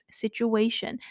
situation